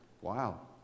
Wow